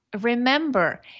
Remember